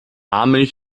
milch